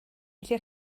felly